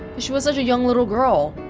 she was such a young little girl